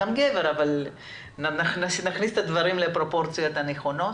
גם גבר, אבל נכניס את הדברים לפרופורציות הנכונות.